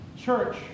Church